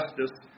justice